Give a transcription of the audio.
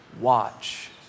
watch